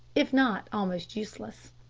if not almost useless.